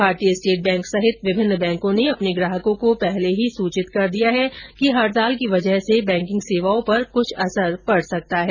भारतीय state bank समेत विभिन्न बैंकों ने अपने ग्राहकों को पहले ही सूचित कर दिया है कि हडताल की वजह से बैंकिंग सेवाओं पर कुछ असर पड सकता है